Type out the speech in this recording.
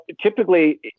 typically